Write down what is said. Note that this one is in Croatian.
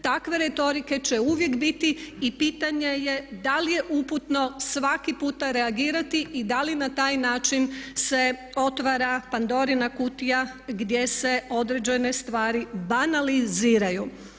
Takve retorike će uvijek biti i pitanje je da li je uputno svaki puta reagirati i da li na taj način se otvara Pandorina kutija gdje se određene stvari banaliziraju.